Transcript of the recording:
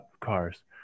cars